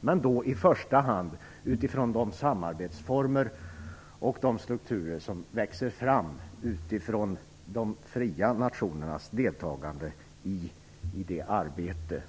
Det gäller i första hand utifrån de samarbetsformer och de strukturer som växer fram ur de fria nationernas deltagande i det arbete